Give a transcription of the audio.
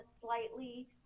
slightly